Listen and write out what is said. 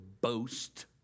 boast